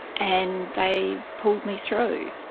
and they pulled me through.